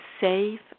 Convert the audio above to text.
safe